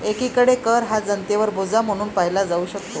एकीकडे कर हा जनतेवर बोजा म्हणून पाहिला जाऊ शकतो